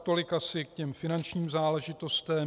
Tolik asi k těm finančním záležitostem.